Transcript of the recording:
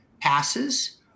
passes